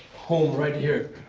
home right here.